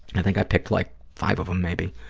and i think i picked like five of them maybe.